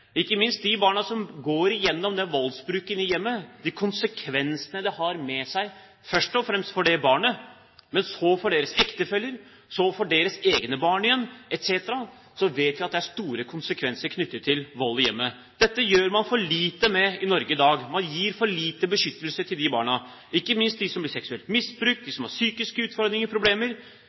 i hjemmet, ikke minst for de barna som går gjennom den voldsbruken – først og fremst for barnet, men også for ektefeller – og så for barnets egne barn igjen etc. Dette gjør man for lite med i Norge i dag. Man gir for lite beskyttelse til disse barna, ikke minst de som blir seksuelt misbrukt, de som har psykiske utfordringer og problemer.